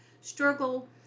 struggle